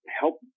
help